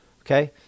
Okay